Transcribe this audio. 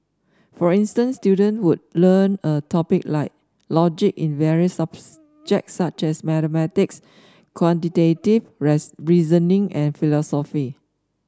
for instance student would learn a topic like logic in various subjects such as mathematics quantitative reasoning and philosophy